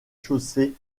chaussée